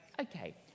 Okay